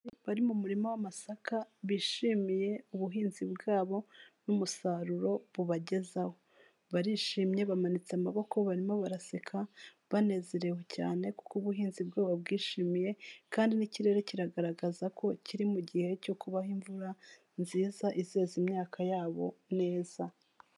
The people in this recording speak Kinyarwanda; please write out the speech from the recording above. Bari mu murima w'amasaka bishimiye ubuhinzi bwabo n'umusaruro bubagezaho. Barishimye bamanitse amaboko barimo baraseka banezerewe cyane kuko ubuhinzi bwabo bwishimiye kandi n'ikirere kigaragaza ko kiri mu gihe cyo kubaha imvura nziza, izeza imyaka yabo neza.